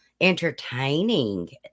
entertaining